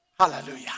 hallelujah